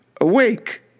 awake